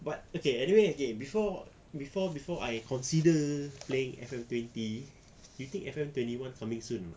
but okay anyway okay before before before I consider playing F_M twenty you think F_M twenty one coming soon or not